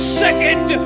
second